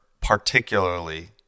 particularly